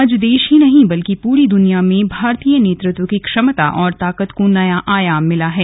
आज देश ही नहीं बल्कि पूरी दुनिया में भारतीय नेतृत्व की क्षमता और ताकत को नया आयाम मिला है